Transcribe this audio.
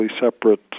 separate